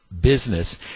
business